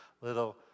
little